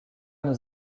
nous